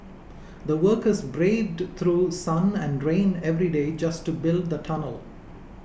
the workers braved through sun and rain every day just to build the tunnel